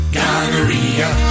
gonorrhea